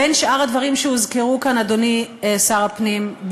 בין שאר הדברים שהוזכרו כאן, אדוני שר הפנים,